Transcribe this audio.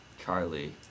Charlie